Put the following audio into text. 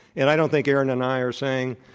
and i don't think aaron and i are saying,